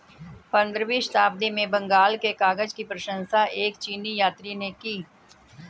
पंद्रहवीं शताब्दी में बंगाल के कागज की प्रशंसा एक चीनी यात्री ने की